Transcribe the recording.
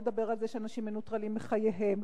לא נדבר על זה שאנשים מנוטרלים מחייהם,